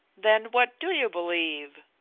then what do you believe?